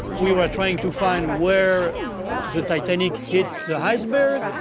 we were trying to find where the titanic hits the iceberg,